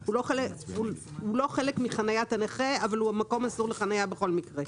הוא לא חלק מחניית הנכה אבל הוא מקום אסור לחנייה בכל מקרה.